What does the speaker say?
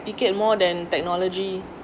you get more than technology